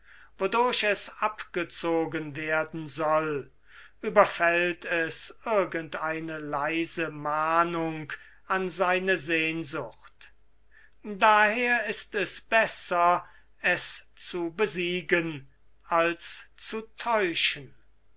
wodurch es abgezogen werden soll überfällt es irgend eine leise mahnung an seine sehnsucht daher ist es besser es zu besiegen als zu täuschen